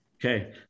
Okay